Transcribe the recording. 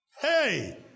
Hey